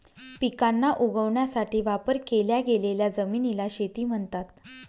पिकांना उगवण्यासाठी वापर केल्या गेलेल्या जमिनीला शेती म्हणतात